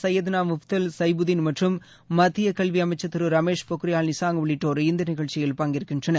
சையேத்னா முஃபதல் சைபுதீன் மற்றம் மத்திய கல்வி அமைச்சர் திரு ரமேஷ் பொக்ரியால் நிஷாங்க் உள்ளிட்டோர் இந்த நிகழ்ச்சியில் பங்கேற்கின்றனர்